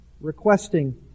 requesting